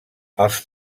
els